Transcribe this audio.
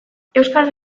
euskal